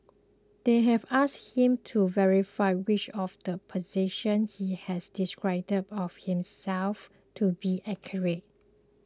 they have asking him to verify which of the positions he has described of himself to be accurate